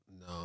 No